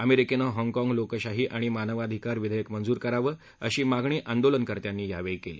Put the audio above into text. अमरिकेनं Hong Kong लोकशाही आणि मानवाधिकार विधेयक मंजूर करावं अशी मागणी आंदोलनकर्त्यांनी यावेळी केली